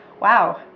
Wow